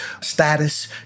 status